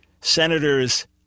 Senators